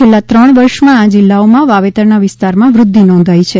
છેલ્લા ત્રણ વર્ષમાં આ જિલ્લાઓમાં વાવેતરના વિસ્તારમાં વૃદ્ધી નોંધાઈ છે